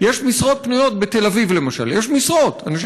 יש משרות פנויות,